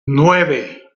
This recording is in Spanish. nueve